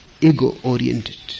ego-oriented